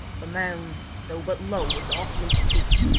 the mound, though but low, was awfully steep,